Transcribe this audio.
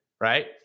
right